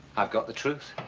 i've got the truth.